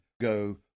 go